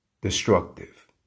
destructive